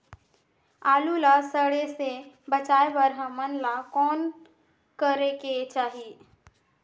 आलू ला सड़े से बचाये बर हमन ला कौन करेके चाही?